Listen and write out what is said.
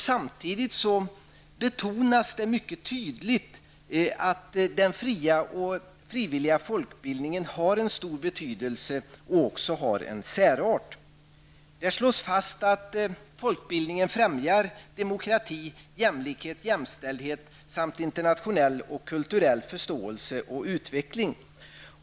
Samtidigt betonas mycket tydligt den fria och frivilliga folkbildningens betydelse och särart. Det slås fast att folkbildningen främjar demokrati, jämlikhet, jämställdhet samt internationell och kulturell förståelse och utveckling.